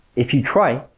if you try,